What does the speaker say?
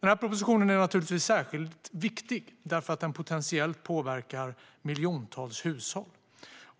Den här propositionen är särskilt viktig eftersom den potentiellt påverkar miljontals hushåll.